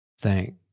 Thank